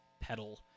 pedal